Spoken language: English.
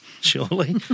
surely